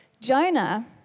Jonah